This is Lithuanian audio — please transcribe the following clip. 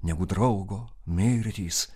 negu draugo mirtys